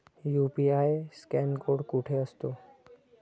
UPI scan code कुठे असतो?